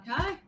Okay